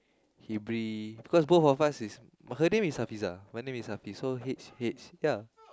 Hibri cause both of us is her name is Hafiza my name is Hafiz so H H ya